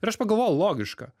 ir aš pagalvojau logiška